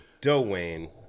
Dwayne